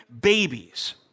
babies